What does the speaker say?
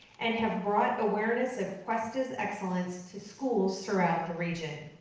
and have brought awareness of cuesta's excellence to schools around the region.